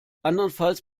andernfalls